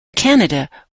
canada